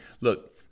Look